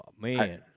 man